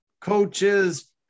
coaches